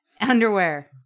Underwear